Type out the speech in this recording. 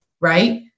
Right